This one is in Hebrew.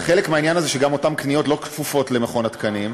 וחלק מהעניין הזה הוא שגם אותן קניות לא כפופות למכון התקנים,